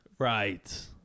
Right